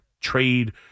trade